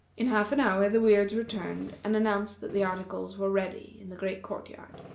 in half an hour the weirds returned and announced that the articles were ready in the great court-yard.